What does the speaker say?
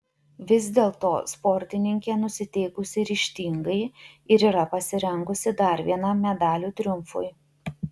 vis dėlto sportininkė nusiteikusi ryžtingai ir yra pasirengusi dar vienam medalių triumfui